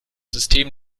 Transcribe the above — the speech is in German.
system